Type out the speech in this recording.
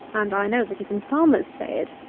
and i know that even farmers say it,